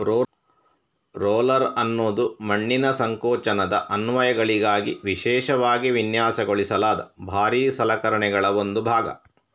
roller ಅನ್ನುದು ಮಣ್ಣಿನ ಸಂಕೋಚನದ ಅನ್ವಯಗಳಿಗಾಗಿ ವಿಶೇಷವಾಗಿ ವಿನ್ಯಾಸಗೊಳಿಸಲಾದ ಭಾರೀ ಸಲಕರಣೆಗಳ ಒಂದು ಭಾಗ